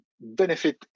benefit